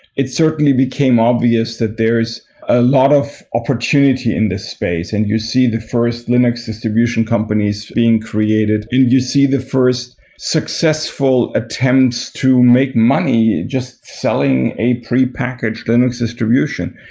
it's certainly became obvious that there's a lot of opportunity in this space, and you see the first linux distribution companies being created, and you see the first first successful attempts to make money just selling a prepackaged linux distribution.